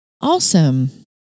Awesome